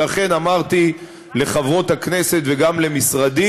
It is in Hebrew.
ולכן אמרתי לחברות הכנסת וגם למשרדי